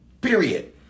Period